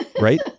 right